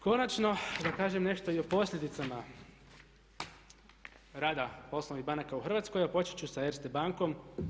Konačno da kažem nešto i o posljedicama rada poslovnih banaka u Hrvatskoj, a počet ću sa Erste bankom.